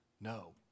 No